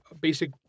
basic